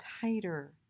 tighter